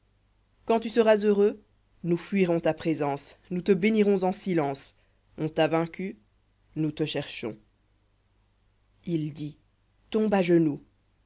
quand tu seras heureux nous fuirons ta présence nous te bénirons en silence on t'a vaincu nous te cherchons il dit tombe à genoux